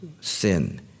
sin